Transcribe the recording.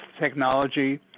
technology